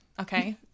okay